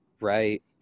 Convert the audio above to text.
right